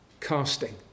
casting